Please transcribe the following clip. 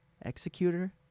Executor